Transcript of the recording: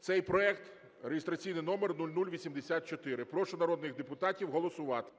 цей проект реєстраційний номер 0084. Прошу народних депутатів голосувати.